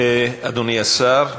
אדוני השר,